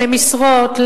למשרות,